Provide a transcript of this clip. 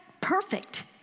perfect